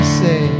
say